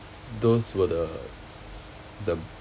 those were the the